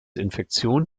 infektion